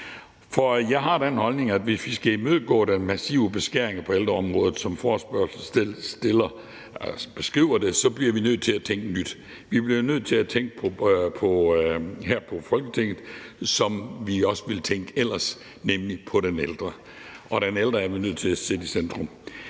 For jeg har den holdning, at hvis vi skal imødegå den massive beskæring på ældreområdet, som forslagsstillerne skriver, bliver vi nødt til at tænke nyt. Vi bliver her i Folketinget nødt til at tænke, som vi også ville tænke ellers, nemlig på den ældre. Den ældre er vi nødt til at sætte i centrum.